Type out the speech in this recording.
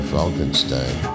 Falkenstein